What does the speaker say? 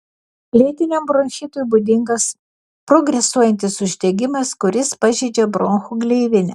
lėtiniam bronchitui būdingas progresuojantis uždegimas kuris pažeidžia bronchų gleivinę